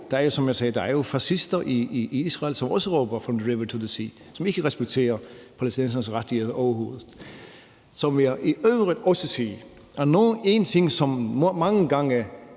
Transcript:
sagde, fascister i Israel, som også råber »From the river to the sea«, som ikke respekterer palæstinensernes rettigheder overhovedet. Så vil jeg i øvrigt også sige, at en ting, som mange gange